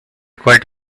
quit